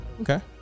Okay